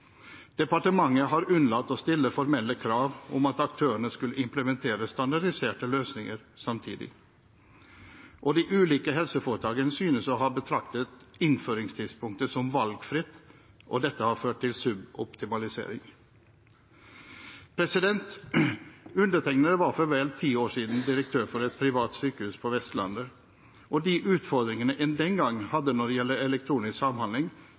Departementet har unnlatt å stille formelle krav om at aktørene skulle implementere standardiserte løsninger samtidig. De ulike helseforetakene synes å ha betraktet innføringstidspunktet som valgfritt, og dette har ført til en suboptimalisering. Undertegnede var for vel ti år siden direktør for et privat sykehus på Vestlandet, og de utfordringene en den gang hadde når det gjelder elektronisk samhandling,